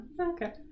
Okay